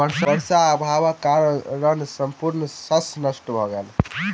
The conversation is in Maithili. वर्षाक अभावक कारणेँ संपूर्ण शस्य नष्ट भ गेल